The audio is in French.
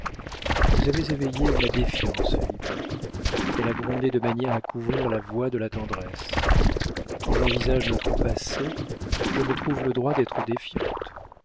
vous avez éveillé ma défiance felipe elle a grondé de manière à couvrir la voix de la tendresse et quand j'envisage notre passé je me trouve le droit d'être défiante